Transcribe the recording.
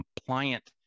compliant